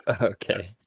Okay